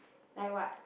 like what